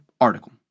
Article